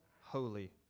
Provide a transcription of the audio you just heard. Holy